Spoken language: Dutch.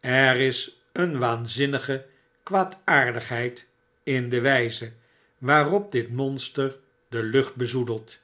er is een waanzinnige kwaadaardigheid in de wjjze waarop dit monster de lucht bezoedelt